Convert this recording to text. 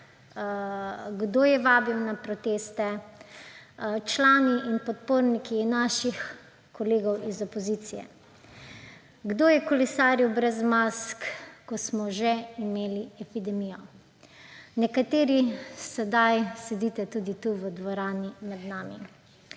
kdo je vabil na proteste? Člani in podporniki naših kolegov iz opozicije. Kdo je kolesaril brez mask, ko smo že imeli epidemijo? Nekateri sedaj sedite tudi tu v dvorani med nami.